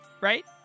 Right